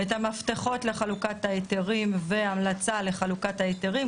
את המפתחות לחלוקת ההיתרים והמלצה לחלוקת החקלאים,